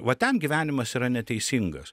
va ten gyvenimas yra neteisingas